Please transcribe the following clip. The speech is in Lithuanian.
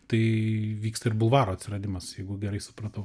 tai vyksta ir bulvaro atsiradimas jeigu gerai supratau